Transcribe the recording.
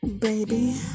baby